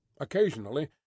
Occasionally